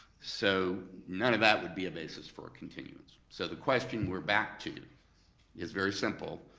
so none of that would be a basis for a continuance, so the question we're back to is very simple,